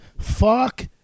fuck